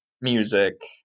music